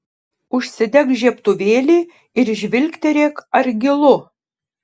užsidek žiebtuvėlį ir žvilgterėk ar gilu